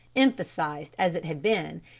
emphasised as it had been,